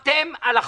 עברתם על החוק.